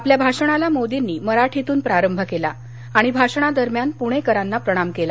आपल्या भाषणाला मोदींनी मराठीतून प्रारंभ केला आणि भाषणादरम्यान पुणेकरांना प्रणाम केला